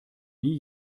nie